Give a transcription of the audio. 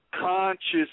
conscious